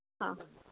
हा हा